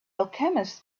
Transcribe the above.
alchemist